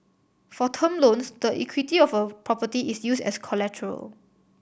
for term loans the equity of a property is used as collateral